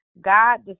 God